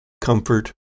comfort